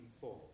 four